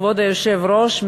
כבוד היושב-ראש,